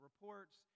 reports